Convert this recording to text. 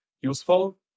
useful